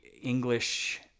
English